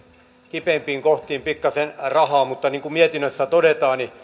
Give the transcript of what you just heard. kipeimpiin kohtiin pikkasen rahaa mutta niin kuin mietinnössä todetaan